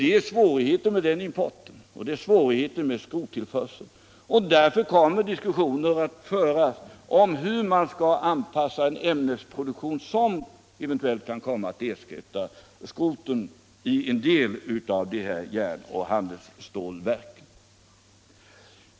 Det finns svårigheter med den importen och med skrottillförseln. Därför kommer diskussioner att föras om hur en ämnesproduktion skall anpassas som eventuellt skall ersätta skroten i en del av de här järnoch handelsstålverken.